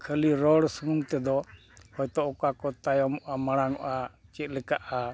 ᱠᱷᱟᱹᱞᱤ ᱨᱚᱲ ᱥᱩᱢᱩᱱ ᱛᱮᱫᱚ ᱦᱚᱭᱛᱳ ᱚᱠᱟ ᱠᱚ ᱛᱟᱭᱚᱢᱚᱜᱼᱟ ᱢᱟᱲᱟᱝᱚᱜᱼᱟ ᱪᱮᱫ ᱞᱮᱠᱟᱜᱼᱟ